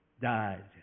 died